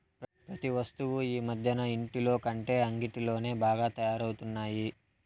ప్రతి వస్తువు ఈ మధ్యన ఇంటిలోకంటే అంగిట్లోనే బాగా తయారవుతున్నాయి